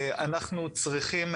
אנחנו צריכים,